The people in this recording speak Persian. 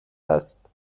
است